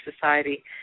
society